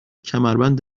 کمربند